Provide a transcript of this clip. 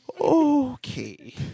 Okay